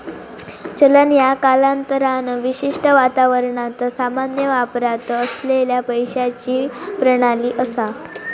चलन ह्या कालांतरान विशिष्ट वातावरणात सामान्य वापरात असलेला पैशाची प्रणाली असा